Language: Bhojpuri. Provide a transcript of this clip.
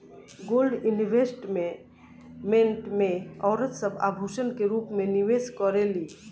गोल्ड इन्वेस्टमेंट में औरत सब आभूषण के रूप में निवेश करेली